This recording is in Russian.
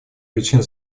причин